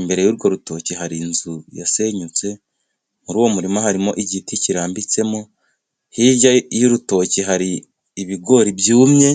imbere y'urwo rutoki hari inzu yasenyutse, muri uwo murima harimo igiti kirambitsemo, hirya y'urutoki hari ibigori byumye.